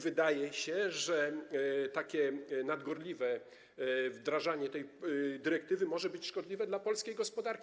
Wydaje się, że takie nadgorliwe wdrażanie tej dyrektywy może być szkodliwe dla polskiej gospodarki.